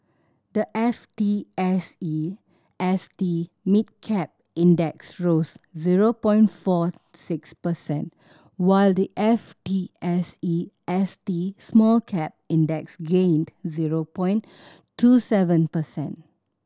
the F T S E S T Mid Cap Index rose zero point four six percent while the F T S E S T Small Cap Index gained zero point two seven percent